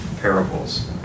parables